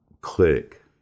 click